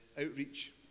outreach